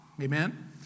Amen